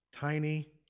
tiny